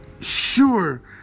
Sure